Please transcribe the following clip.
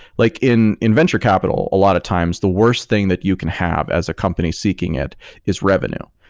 like in in venture capital, a lot of times, the worst thing that you can have as a company seeking it is revenue,